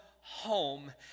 home